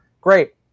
great